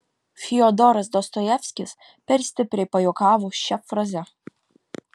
fiodoras dostojevskis per stipriai pajuokavo šia fraze